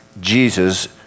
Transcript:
Jesus